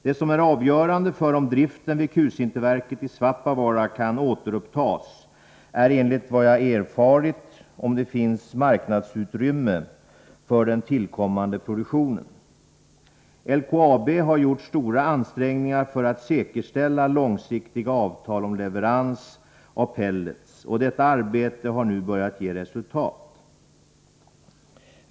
Det som är avgörande om driften vid kulsinterverket i Svappavaara kan återupptas är enligt vad jag har erfarit om det finns marknadsutrymme för den tillkommande produktionen. LKAB har gjort stora ansträngningar för att säkerställa långsiktiga avtal om leverans av pellets, och detta arbete har nu börjat ge resultat.